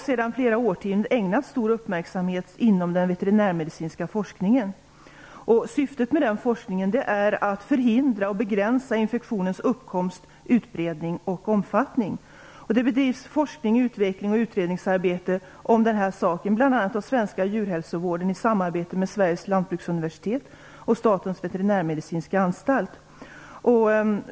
Sedan flera årtionden har detta ägnats stor uppmärksamhet inom den veterinärmedicinska forskningen. Syftet med den forskningen är att man skall förhindra och begränsa infektionens uppkomst, utbredning och omfattning. Det bedrivs forskning, utveckling och utredningsarbete, bl.a. hos Svenska djurhälsovården i samarbete med Sveriges lantbruksuniversitet och Statens veterinärmedicinska anstalt.